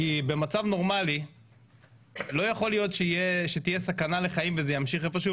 כי במצב נורמלי לא יכול להיות שתהיה סכנה לחיים וזה ימשיך איפשהו,